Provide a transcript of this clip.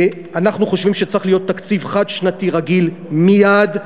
אנחנו חושבים שצריך להיות תקציב חד-שנתי רגיל מייד,